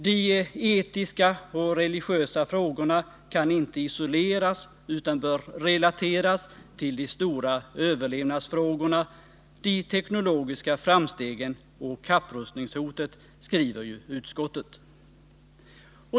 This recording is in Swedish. ”De etiska och religiösa frågorna kan ——-— inte isoleras utan bör relateras till de stora överlevnadsfrågorna, de teknologiska framstegen och kapprustningshotet”, skriver utskottet.